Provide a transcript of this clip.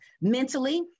mentally